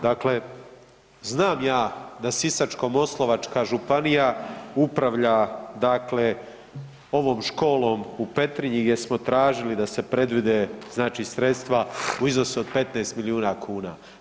Dakle, znam ja da Sisačko-moslavačka županija upravlja dakle ovom školom u Petrinji gdje smo tražili da se predvide znači sredstva u iznosu od 15 milijuna kuna.